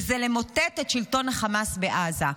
וזה למוטט את שלטון החמאס בעזה.